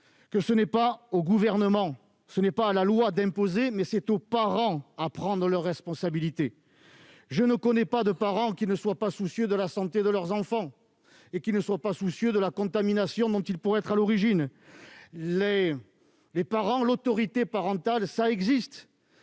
: ce n'est ni au Gouvernement ni à la loi d'imposer ; c'est aux parents de prendre leurs responsabilités. Je ne connais pas de parents qui ne soient pas soucieux de la santé de leur enfant, qui ne se préoccupent pas de la contamination dont il pourrait être à l'origine. Les parents, l'autorité parentale, cela existe